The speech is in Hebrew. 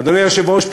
אדוני היושב-ראש,